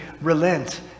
relent